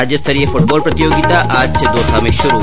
राज्यस्तरीय फृटबॉल प्रतियोगिता आज से दौसा में शुरू